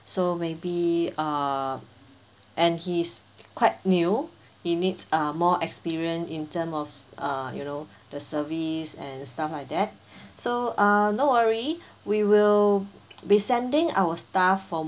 so maybe err and he's quite new he needs uh more experience in terms of uh you know the service and stuff like that so err no worry we will be sending our staff from